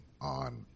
on